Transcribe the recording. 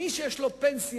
מי שיש לו פנסיה,